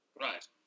Right